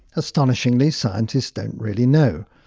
astonishingly, scientists don't really know.